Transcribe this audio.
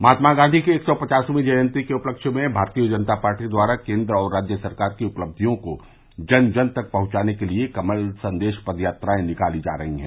महात्मा गांधी की एक सौ पचासवीं जयन्ती के उपलक्ष्य में भारतीय जनता पार्टी द्वारा केन्द्र और राज्य सरकार की उपलधियों को जन जन तक पहंचाने के लिये कमल संदेश पद यात्राएं निकाली जा रही है